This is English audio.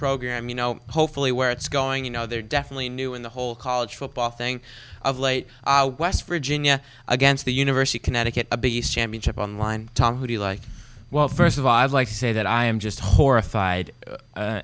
program you know hopefully where it's going you know they're definitely new in the whole college football thing of late west virginia against the university connecticut a big east championship online tom who do you like well first of all i'd like to say that i am just horrified